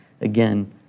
again